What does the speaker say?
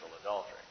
adultery